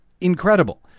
incredible